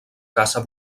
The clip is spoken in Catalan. caça